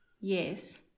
Yes